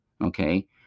okay